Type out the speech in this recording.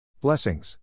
Blessings